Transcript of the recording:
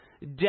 death